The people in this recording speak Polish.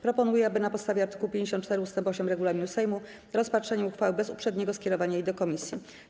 Proponuję, na podstawie art. 54 ust. 8 regulaminu Sejmu, rozpatrzenie uchwały bez uprzedniego skierowania jej do komisji.